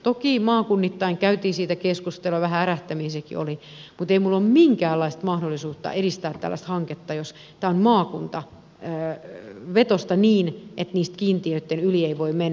toki maakunnittain käytiin siitä keskustelua vähän ärähtämisiäkin oli mutta ei minulla ole minkäänlaista mahdollisuutta edistää tällaista hanketta jos tämä on maakuntavetoista niin että kiintiöitten yli ei voi mennä